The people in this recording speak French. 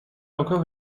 encore